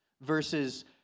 versus